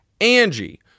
Angie